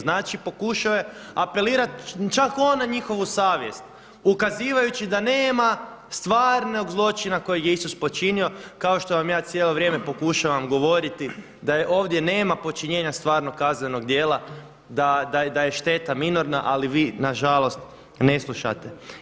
Znači, pokušao je apelirati čak on na njihovu savjest ukazivajući da nema stvarnog zločina kojeg je Isus počinio kao što vam ja cijelo vrijeme pokušavam govoriti da ovdje nema počinjenja stvarnog kaznenog djela, da je šteta minorna, ali vi nažalost ne slušate.